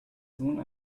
sohn